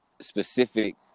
specific